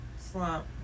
slump